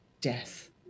death